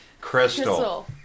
Crystal